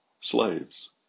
Slaves